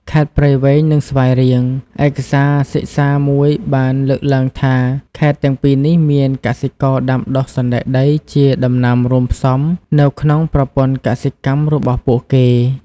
ខេត្តព្រៃវែង និងស្វាយរៀង ឯកសារសិក្សាមួយបានលើកឡើងថា ខេត្តទាំងពីរនេះមានកសិករដាំដុះសណ្តែកដីជាដំណាំរួមផ្សំនៅក្នុងប្រព័ន្ធកសិកម្មរបស់ពួកគេ។